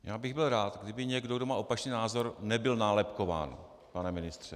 Já bych byl rád, kdyby někdo, kdo má opačný názor, nebyl nálepkován, pane ministře.